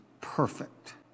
perfect